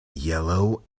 yellow